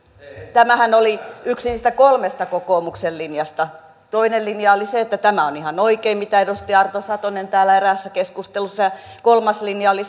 tämähän oli yksi niistä kolmesta kokoomuksen linjasta toinen linja oli se että tämä on ihan oikein mitä edustaja arto satonen täällä eräässä keskustelussa sanoi ja kolmas linja oli